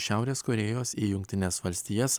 iš šiaurės korėjos į jungtines valstijas